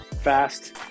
Fast